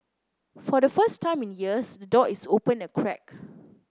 for the first time in years the door is open a crack